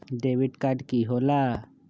Debit card की होला?